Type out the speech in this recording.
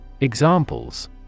Examples